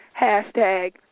hashtag